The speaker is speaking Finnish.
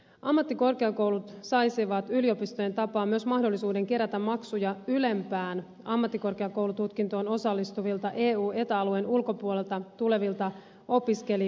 ammattikorkeakoulut saisivat yliopistojen tapaan myös mahdollisuuden kerätä maksuja ylempään ammattikorkeakoulututkintoon osallistuvilta eu ja eta alueen ulkopuolelta tulevilta opiskelijoilta